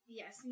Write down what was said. yes